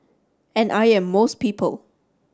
and I am most people